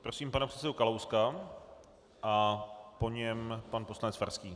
Prosím pana předsedu Kalouska a po něm pan poslanec Farský.